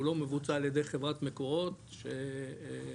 כולו מבוצע על ידי חברת מקורות שנרתמה